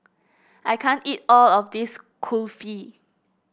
I can't eat all of this Kulfi